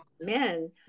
men